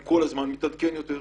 הוא כל הזמן מתעדכן יותר.